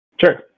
Sure